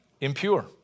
impure